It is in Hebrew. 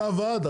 אתה הוועד?